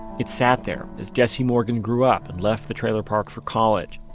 it sat there, as jesse morgan grew up and left the trailer park for college.